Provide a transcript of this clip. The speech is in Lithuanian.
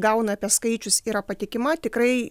gauna apie skaičius yra patikima tikrai